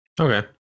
Okay